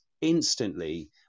instantly